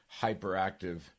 hyperactive